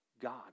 God